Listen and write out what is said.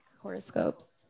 horoscopes